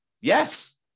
Yes